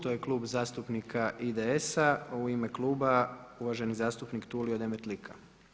To je Klub zastupnika IDS-a, u ime kluba uvaženi zastupnik Tulio Demetlika.